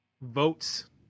votes